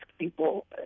people